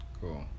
Cool